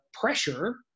pressure